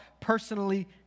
personally